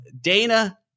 Dana